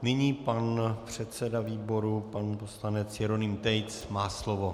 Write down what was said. Nyní pan předseda výboru, pan poslanec Jeroným Tejc má slovo.